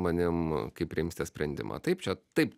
manim kai priimsite sprendimą taip čia taip